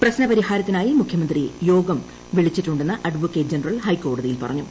പ്രശ്നപരിഹാരത്തിനായി മുഖ്യമന്ത്രി യോഗം വിളിച്ചിട്ടുണ്ടെന്ന് അഡ്വക്കേറ്റ് ജനറൽ ഹൈക്കോടതിയിൽ പറഞ്ഞു